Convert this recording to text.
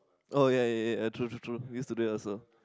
oh ya ya ya true true true used to do it also